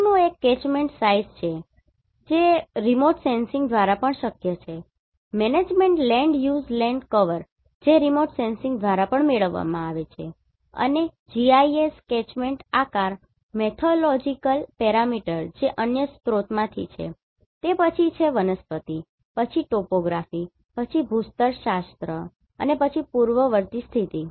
પછી નું એક કેચમેન્ટ સાઇઝ છે જે રિમોટ સેન્સિંગ દ્વારા પણ શક્ય છે management land use land cover જે રિમોટ સેન્સિંગ દ્વારા પણ મેળવવા માં આવે છે અને GIS કેચમેન્ટ આકાર મેથોડોલોજિકલ પેરામીટર જે અન્ય સ્રોતોમાંથી છે તે પછી છે વનસ્પતિ પછી ટોપોગ્રાફી પછી ભૂસ્તરશાસ્ત્ર અને પછી પૂર્વવર્તી સ્થિતિ